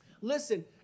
Listen